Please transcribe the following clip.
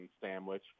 Sandwich